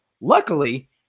Luckily